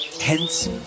hence